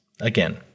again